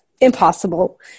impossible